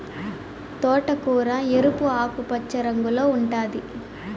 తోటకూర ఎరుపు, ఆకుపచ్చ రంగుల్లో ఉంటాది